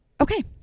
okay